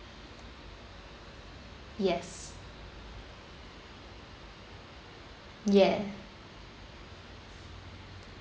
yes yeah